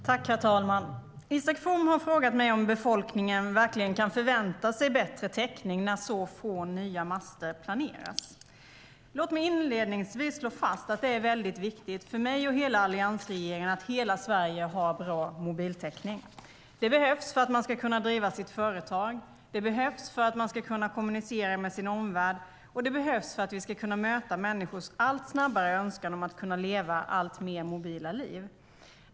Herr talman! Isak From har frågat mig om befolkningen verkligen kan förvänta sig bättre täckning när så få nya master planeras. Låt mig inledningsvis slå fast att det är väldigt viktigt för mig och hela alliansregeringen att hela Sverige har bra mobiltäckning. Det behövs för att man ska kunna driva sitt företag. Det behövs för att man ska kunna kommunicera med sin omvärld. Och det behövs för att vi ska kunna möta människors allt starkare önskan om att kunna leva alltmer mobila liv.